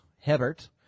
Hebert